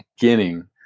beginning